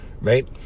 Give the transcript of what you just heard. right